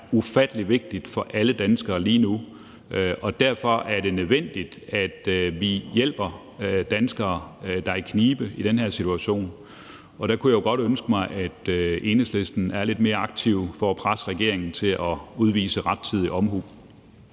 ufattelig vigtigt for alle danskere lige nu, og derfor er det nødvendigt, at vi hjælper danskere, der er i knibe, i den her situation. Og der kunne jeg jo godt ønske mig, at Enhedslisten er lidt mere aktive for at presse regeringen til at udvise rettidig omhu.